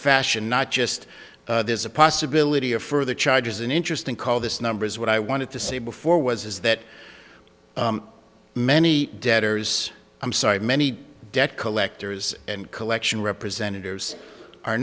fashion not just there's a possibility of further charges an interesting call this number is what i wanted to see before was that many debtors i'm sorry many debt collectors and collection representatives